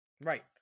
Right